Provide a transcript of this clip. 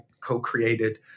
co-created